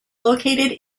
located